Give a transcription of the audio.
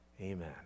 Amen